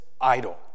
idol